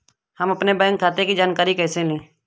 हम अपने बैंक खाते की जानकारी कैसे लें?